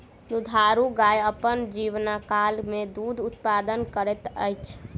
दुधारू गाय अपन जीवनकाल मे दूध उत्पादन करैत अछि